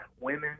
women